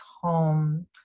home